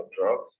drugs